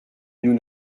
nous